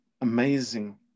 amazing